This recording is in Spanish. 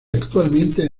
actualmente